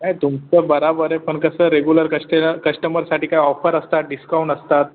नाही तुमचं बरोबर आहे पण कसं रेगुलर कश्टनं कश्टमरसाठी काय ऑफर असतात डिस्काऊण असतात